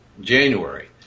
January